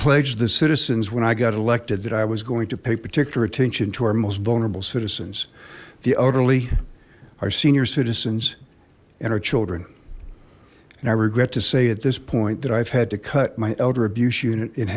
pledge of the citizens when i got elected that i was going to pay particular attention to our most vulnerable citizens the elderly our senior citizens and our children and i regret to say at this point that i've had to cut my elder abuse unit in